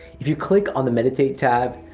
if you click on the meditate tab,